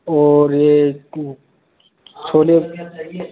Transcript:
और ये छोले